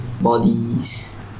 bodies